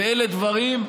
ואלה דברים,